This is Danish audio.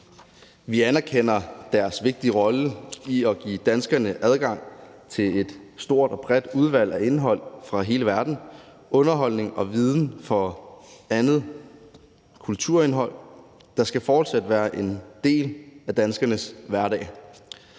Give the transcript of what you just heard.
Vi anerkender deres vigtige rolle i at give danskerne adgang til et stort og bredt udvalg af indhold fra hele verden i form af underholdning og viden og andet kulturindhold. Det skal fortsat være en del af danskernes hverdag.